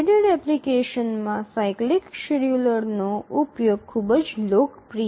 embedded એપ્લિકેશનમાં cyclic શેડ્યૂલરનો ઉપયોગ ખૂબ જ લોકપ્રિય છે